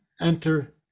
enter